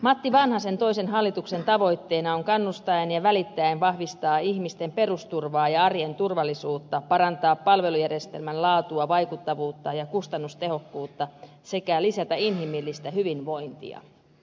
matti vanhasen toisen hallituksen tavoitteena on kannustaen ja välittäen vahvistaa ihmisten perusturvaa ja arjen turvallisuutta parantaa palvelujärjestelmän laatua vaikuttavuutta ja kustannustehokkuutta sekä lisätä inhimillistä hyvinvointia